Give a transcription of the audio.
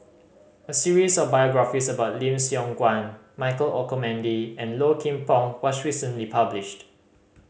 a series of biographies about Lim Siong Guan Michael Olcomendy and Low Kim Pong was recently published